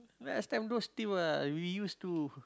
last time those two ah we used to